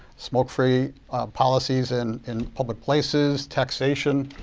smoke-free policies and in public places, taxation.